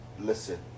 listen